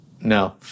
No